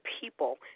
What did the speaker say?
people